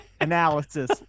analysis